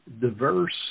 Diverse